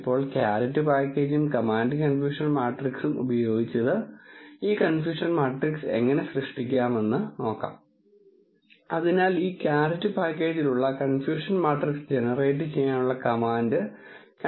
ഇപ്പോൾ Caret പാക്കേജും command confusion മാട്രിക്സും ഉപയോഗിച്ച് ഈ കൺഫ്യൂഷൻ മാട്രിക്സ് എങ്ങനെ സൃഷ്ടിക്കാമെന്ന് നോക്കാം അതിനാൽ ഈ ക്യാരറ്റ് പാക്കേജിൽ ഉള്ള കൺഫ്യൂഷൻ മാട്രിക്സ് ജനറേറ്റ് ചെയ്യാനുള്ള കമാൻഡ് കൺഫ്യൂഷൻ മാട്രിക്സ് ആണ്